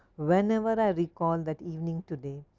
whenever i recall that evening today,